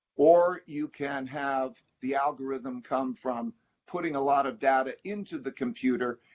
or you can have the algorithm come from putting a lot of data into the computer,